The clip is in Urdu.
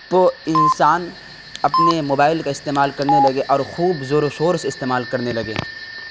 تو انسان اپنے موبائل کا استعمال کرنے لگے اور خوب زور و شور سے استعمال کرنے لگے